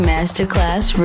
Masterclass